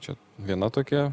čia viena tokia